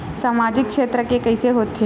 सामजिक क्षेत्र के कइसे होथे?